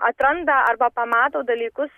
atranda arba pamato dalykus